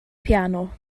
piano